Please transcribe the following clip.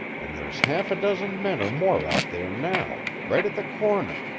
and there's half a dozen men or more out there now right at the corner.